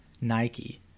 Nike